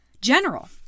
General